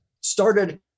started